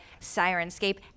Sirenscape